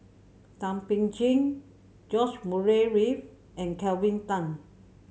Thum Ping Tjin George Murray Reith and Kelvin Tan